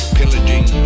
Pillaging